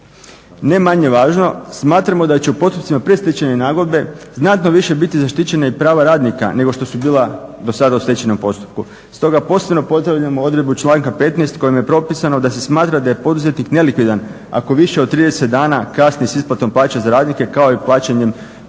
Ne manje važno, smatramo da će u postupcima predstečajne nagodbe znatno više biti zaštićena i prava radnika nego što su bila do sada u stečajnom postupku. Stoga posebno pozdravljamo odredbu članka 15.kojim je proopisano da se smatra da je poduzetnik nelikvidan ako više od 30 dana kasni s isplatom plaće za radnike kao i plaćanjem